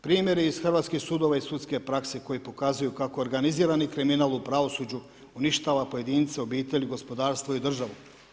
Primjeri iz hrvatskih sudova i sudske prakse koji pokazuju kako organizirani kriminal u pravosuđu uništava pojedince, obitelji, gospodarstvo i državu.